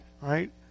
right